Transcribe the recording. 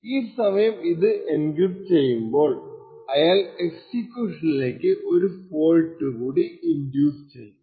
ഈ സമയം ഇത് എൻക്രിപ്ട് ചെയ്യുമ്പോൾ അയാൾ എക്സിക്യൂഷനിലേക്ക് ഒരു ഫോൾട്ട് കൂടി ഇൻഡ്യൂസ് ചെയ്യും